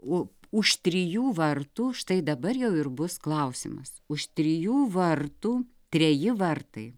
o už trijų vartų štai dabar jau ir bus klausimas už trijų vartų treji vartai